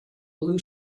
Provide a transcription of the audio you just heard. blue